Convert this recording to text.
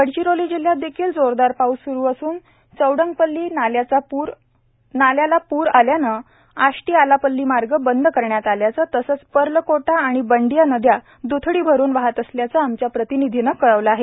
गडचिरोली जिल्ह्यात देखील जोरदार पाऊस सूरू असून चौडंगपल्ली नाल्याला पूर आल्यानं आष्टी आलापल्ली मार्ग बंद करण्यात आल्याचं तसंच पर्लकोटा आणि बांडिया नद्या द्थडी भरून वाहत असल्याचं आमच्या प्रतिनिधीनं कळवलं आहे